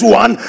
one